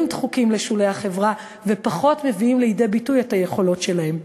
דחוקים לשולי החברה ופחות מביאים לידי ביטוי את היכולות שלהם.